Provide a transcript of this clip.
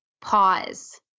pause